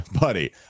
buddy